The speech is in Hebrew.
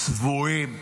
צבועים,